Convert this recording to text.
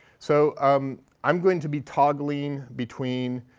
so um i'm going to be toggling between